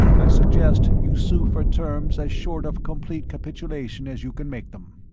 i suggest you sue for terms as short of complete capitulation as you can make them.